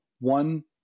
one